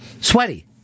Sweaty